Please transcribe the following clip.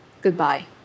Goodbye